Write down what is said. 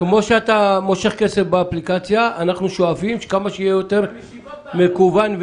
כמו שאתה מושך כסף באפליקציה אנחנו שואפים כמה שיותר יהיה מקוון,